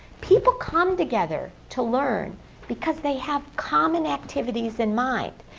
people come together to learn because they have common activities in mind.